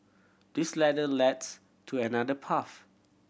this ladder leads to another path